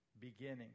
beginning